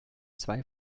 zwei